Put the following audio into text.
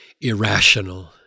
irrational